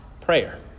prayer